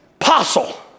apostle